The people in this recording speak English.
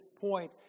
point